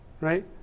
right